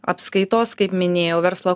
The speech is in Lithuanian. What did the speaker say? apskaitos kaip minėjau verslo